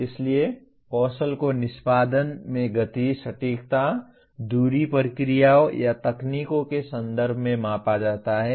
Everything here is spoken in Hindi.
इसलिए कौशल को निष्पादन में गति सटीकता दूरी प्रक्रियाओं या तकनीकों के संदर्भ में मापा जाता है